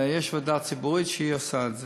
יש ועדה ציבורית, והיא עושה את זה.